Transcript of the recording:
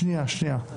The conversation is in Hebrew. שנייה, שנייה.